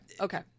Okay